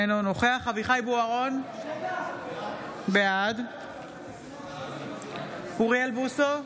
אינו נוכח אביחי אברהם בוארון, בעד אוריאל בוסו,